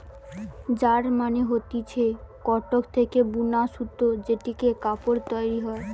yarn মানে হতিছে cotton থেকে বুনা সুতো জেটিতে কাপড় তৈরী হয়